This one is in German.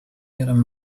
ihrem